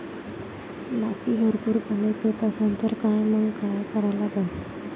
माती भरपूर पाणी पेत असन तर मंग काय करा लागन?